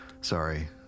Sorry